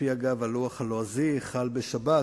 על-פי הלוח הלועזי חל בשבת,